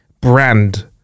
brand